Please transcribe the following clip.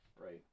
Right